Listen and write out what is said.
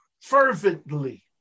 fervently